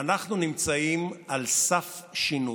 אנחנו נמצאים על סף שינוי.